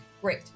Great